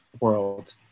world